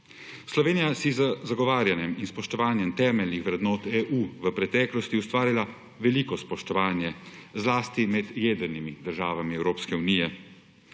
Slovenija si je z zagovarjanjem in spoštovanjem temeljnih vrednot EU v preteklosti ustvarila veliko spoštovanje zlasti med jedrnimi državami Evropske unije.